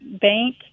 bank